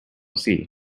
see